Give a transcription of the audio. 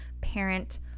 Parent